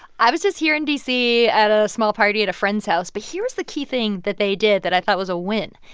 i was just here in d c. at a small party at a friend's house. but here was the key thing that they did that i thought was a win.